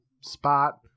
spot